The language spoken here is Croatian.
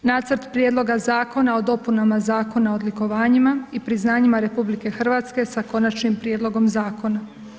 Nacrt Prijedloga zakona o dopunama Zakona o odlikovanjima i priznanjima RH sa konačnim prijedlogom zakona.